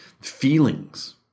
feelings